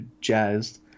jazzed